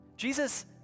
Jesus